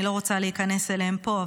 אני לא רוצה להיכנס אליהן פה.